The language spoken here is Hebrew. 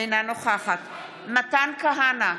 אינה נוכחת מתן כהנא,